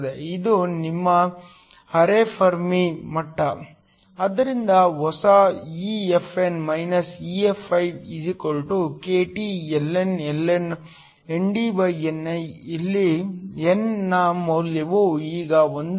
ಇದು ನಿಮ್ಮ ಅರೆ ಫೆರ್ಮಿ ಮಟ್ಟ ಆದ್ದರಿಂದ ಹೊಸ ಇಲ್ಲಿ n ನ ಮೌಲ್ಯವು ಈಗ 1